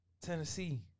Tennessee